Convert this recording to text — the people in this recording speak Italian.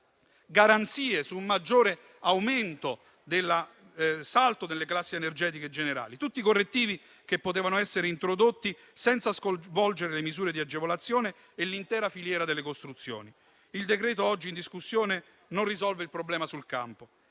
garanzie su un maggiore aumento del salto delle classi energetiche generali: tutti correttivi che avrebbero potuto essere introdotti senza sconvolgere le misure di agevolazione e l'intera filiera delle costruzioni. Il decreto-legge oggi in discussione non risolve il problema sul campo,